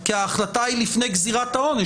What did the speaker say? כי ההחלטה היא לפני גזירת העונש,